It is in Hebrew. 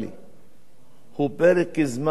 הוא פרק זמן של דיאלוג